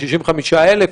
65,000,